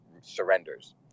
surrenders